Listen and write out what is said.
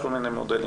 יש כל מיני מודלים,